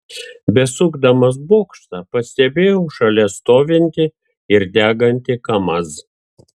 besukdamas bokštą pastebėjau šalia stovintį ir degantį kamaz